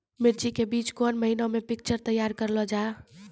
मिर्ची के बीज कौन महीना मे पिक्चर तैयार करऽ लो जा?